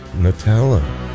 Nutella